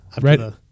Right